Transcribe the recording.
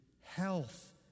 health